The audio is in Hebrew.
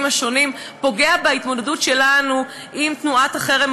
השונים פוגע בהתמודדות שלנו עם תנועת החרם,